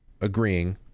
agreeing